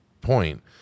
point